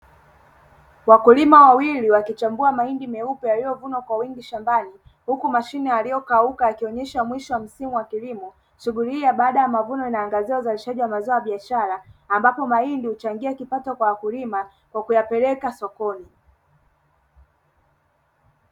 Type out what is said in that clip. Wakulima wawili wakichambua mahindi meupe yaliyovunwa kwa wingi shambani huku mashina aliyokauka yakionyesha mwisho wa msimu wa kilimo shuguli hii baada ya mavuno inaangazia uzalishaji wa mazao ya biashara ambapo mahindi huchangia kipato kwa wakulima kwa kuyapeleka sokoni.